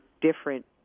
different